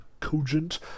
cogent